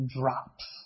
drops